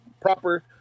proper